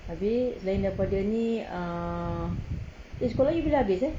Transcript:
abeh selain daripada ni err eh sekolah you bila habis